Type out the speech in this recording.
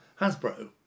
Hasbro